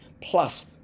plus